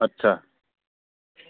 आच्चा